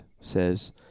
says